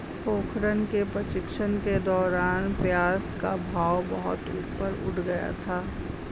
पोखरण के प्रशिक्षण के दौरान प्याज का भाव बहुत ऊपर उठ गया था